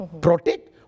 Protect